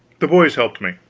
the boys helped me,